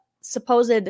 supposed